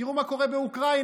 תראו מה קורה באוקראינה,